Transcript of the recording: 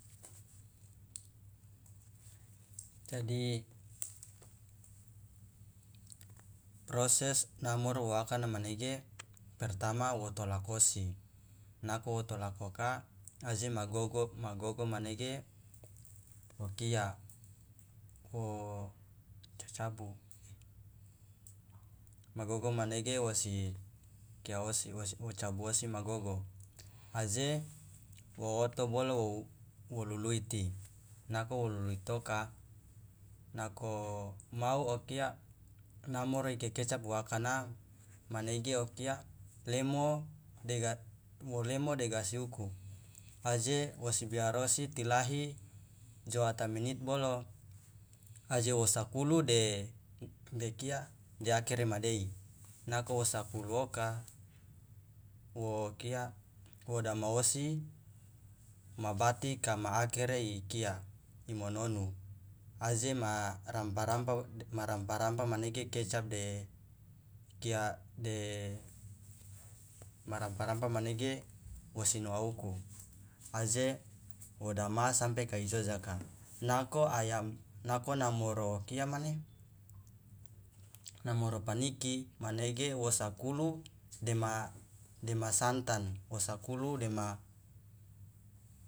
jadi proses namoro wo akana manege pertama wo tolakosi nako wo tolakoka aje ma gogo manege okia wo cacabu ma gogo manege wosi kia osi wo cabu osi ma gogo aje wo oto bolo wo luluiti nako wo luluitoka nako mau okia namoro ikekecap waakana manege okia lemo de gasi uku aje wosi biar osi tilahi joata menit bolo aje wo sakulu de okia de akere madei nako wo sakulu oka wo kia wo dama osi ma bati ka makere ikia imononu aje ma rampa rampa rampa rampa manege kecap de kia de ma rampa rampa manege wosi noa uku aje wo dama sampe kai jojaka nako ayam nako namoro okia mane namoro paniki manege wo sakulu dema dema santan wo sakulu dema